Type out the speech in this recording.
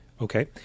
Okay